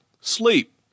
sleep